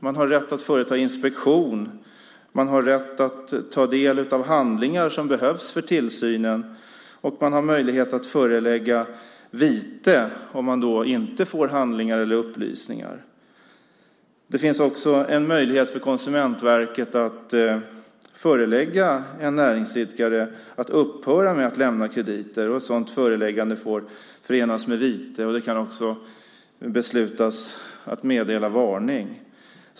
Man har rätt att företa inspektion, rätt att ta del av handlingar som behövs för tillsynen och möjlighet att förelägga vite om man inte får handlingar eller upplysningar. Det finns också en möjlighet för Konsumentverket att förelägga en näringsidkare att upphöra med att lämna krediter. Ett sådant föreläggande får förenas med vite. Det kan också besluta att meddela varning.